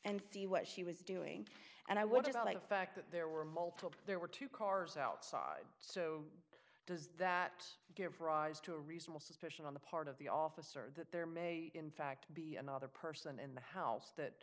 and see what she was doing and i would just like the fact that there were multiple there were two cars outside so does that give rise to a reasonable suspicion on the part of the officer that there may in fact be another person in the house that